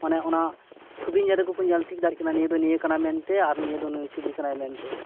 ᱚᱱᱮ ᱚᱱᱟ ᱪᱷᱩᱵᱤ ᱧᱮᱞ ᱨᱮᱜᱮ ᱠᱚ ᱧᱮᱞ ᱴᱷᱤᱠ ᱫᱟᱲᱮᱭᱟᱜ ᱠᱟᱱᱟ ᱱᱤᱭᱟᱹ ᱫᱚ ᱱᱤᱭᱟᱹ ᱠᱟᱱᱟ ᱢᱮᱱᱛᱮ ᱱᱤᱭᱟᱹ ᱫᱚ ᱱᱩᱭ ᱪᱷᱩᱵᱤ ᱠᱟᱱᱟᱭ ᱢᱮᱱᱛᱮ